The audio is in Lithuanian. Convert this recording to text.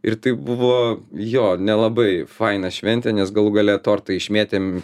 ir tai buvo jo nelabai faina šventė nes galų gale tortą išmėtėm